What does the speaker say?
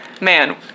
Man